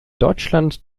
deutschland